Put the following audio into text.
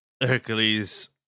Hercules